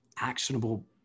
actionable